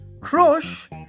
Crush